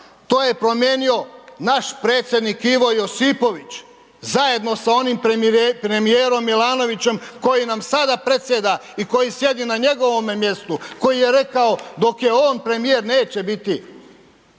to je promijenio naš predsjednik Ivo Josipović zajedno sa onim premijerom Milanovićem koji nam sada predsjeda i koji sjedi na njegovome mjestu, koji je rekao dok je on premijer neće biti